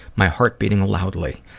my heart beating loudly,